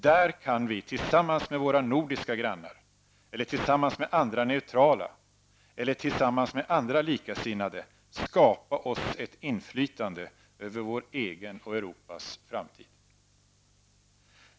Där kan vi tillsammans med våra nordiska grannar, tillsammans med andra neutrala länder eller tillsammans med andra likasinnande skapa oss ett inflytande över vår egen och Europas framtid.